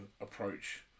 approach